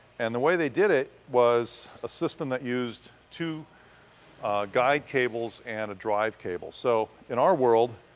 and the way they did it, was a system that used two guide cables and a drive cable. so, in our world,